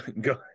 go